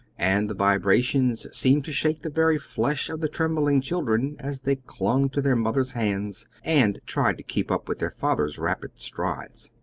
and the vibrations seemed to shake the very flesh of the trembling children as they clung to their mother's hands and tried to keep up with their father's rapid strides.